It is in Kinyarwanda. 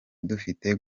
dufite